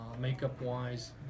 makeup-wise